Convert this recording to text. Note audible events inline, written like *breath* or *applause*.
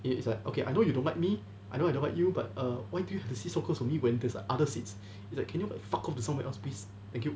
eh it's like okay I know you don't like me I know I know how it feel but err why do you have to sit so close to me when there's like other seats *breath* it's like can you fuck off to somewhere else please thank you